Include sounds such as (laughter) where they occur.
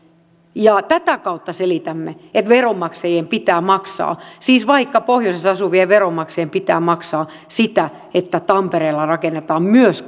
ja tätä kautta selitämme että veronmaksajien pitää maksaa siis vaikka pohjoisessa asuvien veronmaksajien pitää maksaa siitä että tampereella rakennetaan myös (unintelligible)